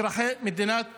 אזרחי מדינת ישראל.